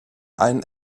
einen